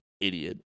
Idiot